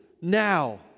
Now